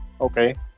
Okay